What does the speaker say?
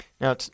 Now